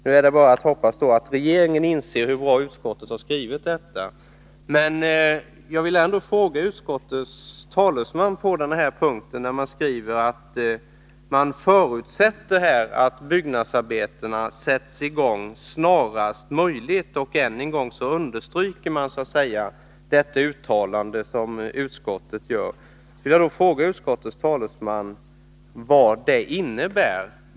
Nu är det bara att hoppas att regeringen inser hur positiv utskottets skrivning är. Utskottet skriver att man förutsätter att byggnadsarbetena sätts i gång snarast möjligt och understryker således sitt positiva uttalande. Jag vill då fråga utskottets talesman vad detta innebär.